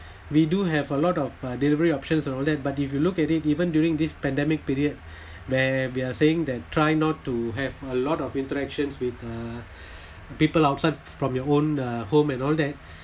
we do have a lot of uh delivery options all that but if you look at it even during this pandemic period where we are saying that try not to have a lot of interactions with uh people outside from your own uh home and all that